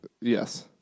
Yes